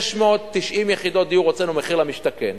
690 יחידות דיור הוצאנו במחיר למשתכן.